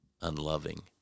unloving